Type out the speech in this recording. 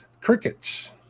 crickets